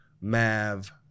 Mav